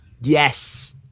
Yes